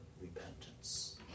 repentance